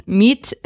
meat